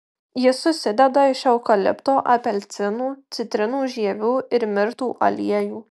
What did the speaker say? jis susideda iš eukalipto apelsinų citrinų žievių ir mirtų aliejų